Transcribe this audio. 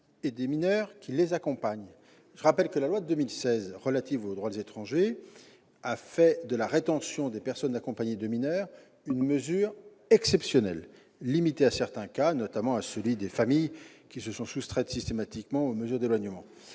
et des mineurs qui les accompagnent. Or la loi du 7 mars 2016 relative au droit des étrangers en France a fait de la rétention des personnes accompagnées de mineurs une mesure exceptionnelle, limitée à certains cas, notamment à celui des familles qui se sont soustraites systématiquement aux mesures d'éloignement.